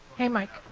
hey, mike.